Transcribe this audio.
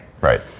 Right